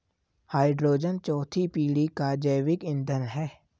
hydrogen चौथी पीढ़ी का जैविक ईंधन है